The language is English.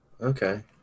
Okay